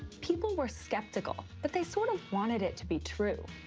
people were skeptical, but they sort of wanted it to be true.